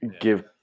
Give